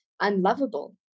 unlovable